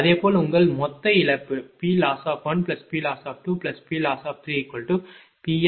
அதேபோல் உங்கள் மொத்த இழப்பு PLoss1PLoss2PLoss3Ps PL2PL3PL4